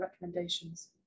recommendations